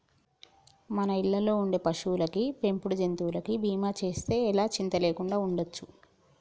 మన ఇళ్ళల్లో ఉండే పశువులకి, పెంపుడు జంతువులకి బీమా చేస్తే ఎలా చింతా లేకుండా ఉండచ్చు